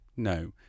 No